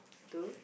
two